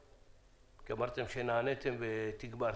כי אמרת שנעניתם ותגברתם.